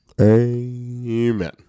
Amen